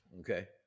okay